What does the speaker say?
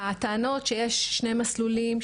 הטענות שיש שני מסלולים,